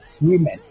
women